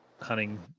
hunting